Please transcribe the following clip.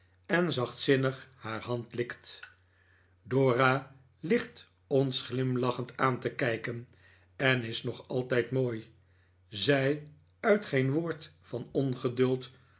en zachtzinnig haar hand likt dora ligt ons glimlachend aan te kijken en is nog altijd mooi zij uit geen woord van